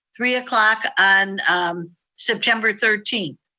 three o'clock on september thirteenth.